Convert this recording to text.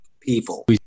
people